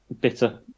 bitter